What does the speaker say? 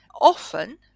often